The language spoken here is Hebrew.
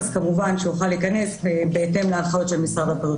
כמובן שהוא יוכל להיכנס בהתאם להנחיות של משרד הבריאות